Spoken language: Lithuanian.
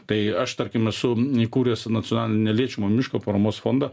tai aš tarkim esu įkūręs nacionalinį neliečiamo miško paramos fondą